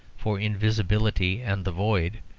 for invisibility and the void,